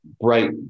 bright